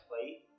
plate